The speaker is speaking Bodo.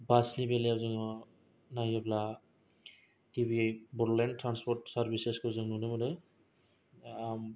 बासनि बेलायाव जोङो नायोब्ला गिबियै बदलेण्ड ट्रानपत सारबिसेसखौ जों नुनो मोनो